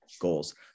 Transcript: goals